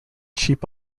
cheap